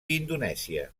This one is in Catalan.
indonèsia